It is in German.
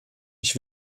ich